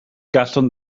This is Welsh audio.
gallwn